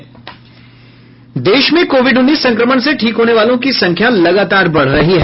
देश में कोविड उन्नीस संक्रमण से ठीक होने वालों की संख्या लगभग बढ़ रही है